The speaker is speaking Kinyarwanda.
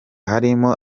harimo